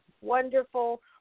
wonderful